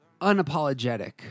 unapologetic